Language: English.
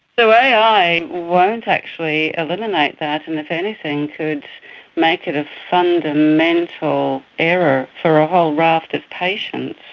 so ai won't actually eliminate that, and if anything could make it a fundamental error for a whole raft of patients.